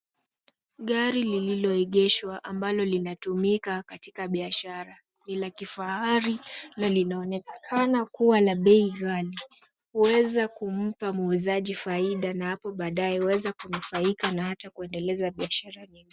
Gari lililoegeshwa ambalo linatumika katika biashara. Ni la kifahari na linaonekana kuwa la bei ghali. Huweza kumpa muuzaji faida na hapo baadaye huweza kunufaika na hata kuendeleza biashara nyingine.